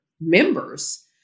members